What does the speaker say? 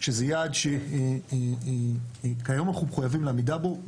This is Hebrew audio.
שזה יעד שכיום אנחנו מחויבים לעמידה בו.